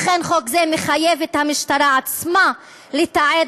לכן חוק זה מחייב את המשטרה עצמה לתעד